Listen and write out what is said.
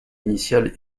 initiale